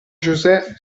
josé